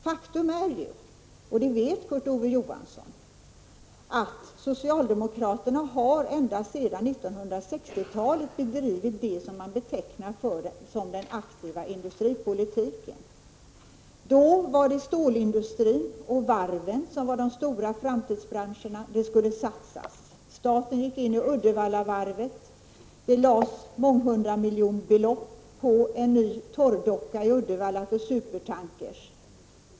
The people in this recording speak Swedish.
Faktum är — och det vet Kurt Ove Johansson — att socialdemokraterna ända sedan 1960-talet har bedrivit det som betecknas som den aktiva industripolitiken. Då var det stålindustrin och varven som var de stora framtidsbranscherna. Det skulle satsas! Staten gick in i Uddevallavarvet. Det lades månghundramiljonbelopp på en ny torrdocka i Uddevalla för supertankrar.